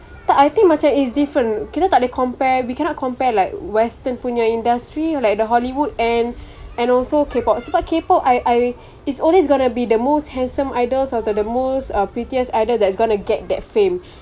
tak I think macam it's different kita tak boleh compare we cannot compare like western punya industry like the hollywood and and also K pop sebab K pop I I it's always gonna be the most handsome idol atau the most prettiest idol that's gonna get that fame